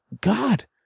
God